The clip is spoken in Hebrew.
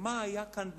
ומה היה כאן בעבר?